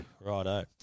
Righto